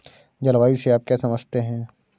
जलवायु से आप क्या समझते हैं?